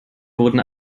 wurden